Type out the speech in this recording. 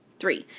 three.